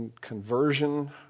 conversion